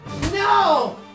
No